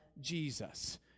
Jesus